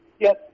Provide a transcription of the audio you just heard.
Yes